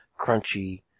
crunchy